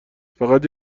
فقط